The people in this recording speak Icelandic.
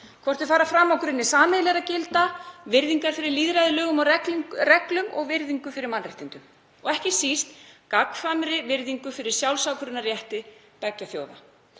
hvort þau fara fram á grunni sameiginlegra gilda, virðingar fyrir lýðræði, lögum og reglum og virðingu fyrir mannréttindum, og ekki síst gagnkvæmri virðingu fyrir sjálfsákvörðunarrétti beggja þjóða.